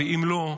ואם לא,